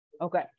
Okay